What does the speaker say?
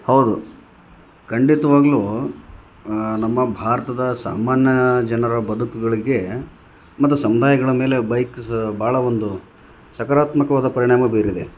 ಹೌದು ಖಂಡಿತವಾಗ್ಲೂ ನಮ್ಮ ಭಾರತದ ಸಾಮಾನ್ಯ ಜನರ ಬದುಕುಗಳಿಗೆ ಮತ್ತು ಸಮುದಾಯಗಳ ಮೇಲೆ ಬೈಕ್ ಸಹ ಭಾಳ ಒಂದು ಸಕರಾತ್ಮಕವಾದ ಪರಿಣಾಮ ಬೀರಿದೆ